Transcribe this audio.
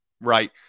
right